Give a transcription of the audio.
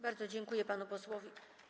Bardzo dziękuję panu posłowi.